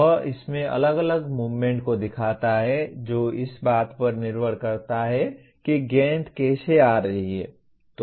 वह इसमें अलग अलग मूवमेंट को दिखाता है जो इस बात पर निर्भर करता है कि गेंद कैसे आ रही है